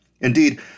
Indeed